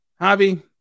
Javi